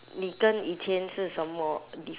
你跟以前是什么 di~